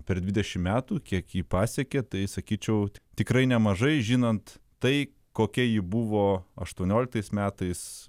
per dvidešim metų kiek ji pasiekė tai sakyčiau tikrai nemažai žinant tai kokia ji buvo aštuonioliktais metais